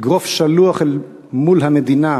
אגרוף שלוח אל מול המדינה,